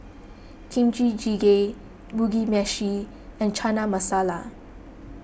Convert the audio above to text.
Kimchi Jjigae Mugi Meshi and Chana Masala